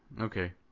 okay